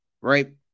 right